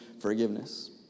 forgiveness